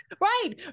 Right